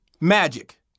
magic